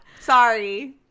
sorry